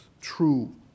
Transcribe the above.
true